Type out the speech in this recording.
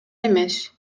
эмес